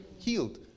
healed